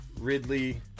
Ridley